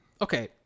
Okay